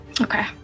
Okay